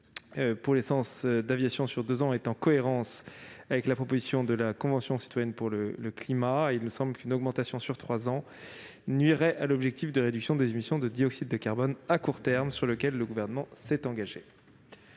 pour l'essence d'aviation sur deux ans est cohérente avec la proposition de la Convention citoyenne pour le climat. Il nous semble qu'une augmentation de la taxe sur trois ans nuirait à l'objectif de réduction des émissions de dioxyde de carbone à court terme, sur lequel le Gouvernement s'est engagé.